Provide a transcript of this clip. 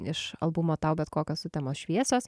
iš albumo tau bet kokios sutemos šviesos